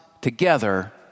together